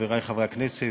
חברי חברי הכנסת,